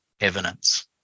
evidence